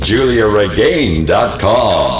JuliaRegain.com